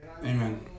Amen